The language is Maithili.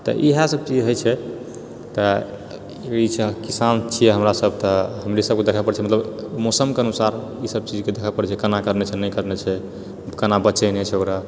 तऽ इहे सभ चीज होइत छै तऽ ई छै किसान छियै हमरासभ तऽ हमरे सभकऽ दखऽ पड़ै छै मतलब मौसम कऽ अनुसार ई सभ चीजके दखि पड़ै छै के ना करनाइ छै नहि करनाइ छै केना बचेनाइ छै ओकरा